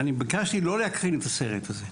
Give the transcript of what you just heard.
אני ביקשתי לא להקרין את הסרט הזה.